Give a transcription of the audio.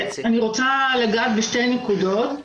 אני רוצה לגעת בשתי נקודות.